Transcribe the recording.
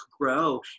grow